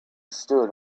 stood